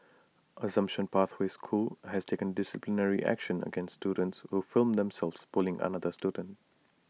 assumption pathway school has taken disciplinary action against students who filmed themselves bullying another student